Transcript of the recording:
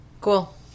Cool